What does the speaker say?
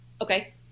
okay